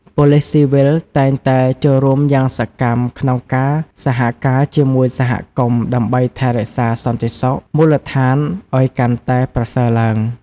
ប៉ូលិសស៊ីវិលតែងតែចូលរួមយ៉ាងសកម្មក្នុងការសហការជាមួយសហគមន៍ដើម្បីថែរក្សាសន្តិសុខមូលដ្ឋានឲ្យកាន់តែប្រសើរឡើង។